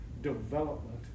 development